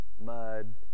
Mud